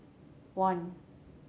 one